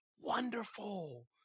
wonderful